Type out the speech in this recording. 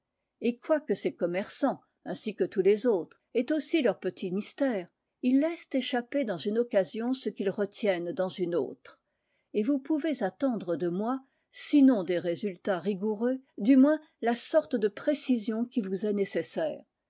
et quoique ces commerçants ainsi que tous les autres aient aussi leurs petits mystères ils laissent échapper dans une occasion ce qu'ils retiennent dans une autre et vous pouvez attendre de moi sinon des résultats rigoureux du moins la sorte de précision qui vous est nécessaire